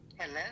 Hello